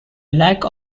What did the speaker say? lack